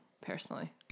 personally